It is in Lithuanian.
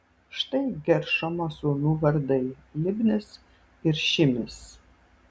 štai geršomo sūnų vardai libnis ir šimis